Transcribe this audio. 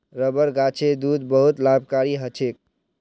rubber गाछेर दूध बहुत लाभकारी ह छेक